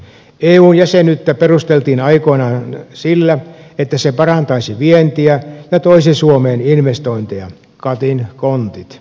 eu jäsenyyttä perusteltiin aikoinaan sillä että se parantaisi vientiä ja toisi suomeen investointeja katin kontit